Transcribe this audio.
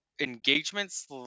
engagements